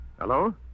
Hello